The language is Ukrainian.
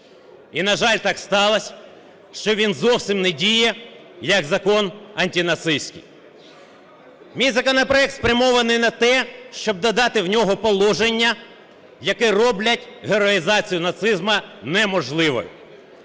І, на жаль, так сталось, що він зовсім не діє як закон антинацистський. Мій законопроект спрямований на те, щоб додати в нього положення, які роблять героїзацію нацизму неможливою.